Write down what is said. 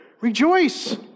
Rejoice